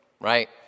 right